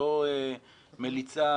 לא מליצה,